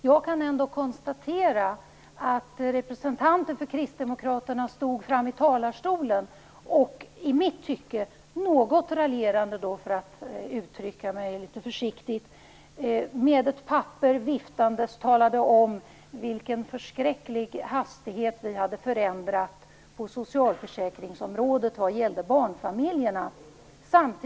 Jag kan ändå konstatera att representanter för Kristdemokraterna tidigare stod här i talarstolen och något - försiktigt uttryckt - raljerande viftade med ett papper, samtidigt som de talade om med vilken förskräcklig hastighet vi hade förändrat på socialförsäkringsområdet vad gällde barnfamiljerna.